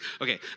Okay